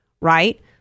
right